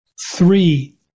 three